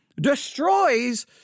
destroys